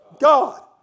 God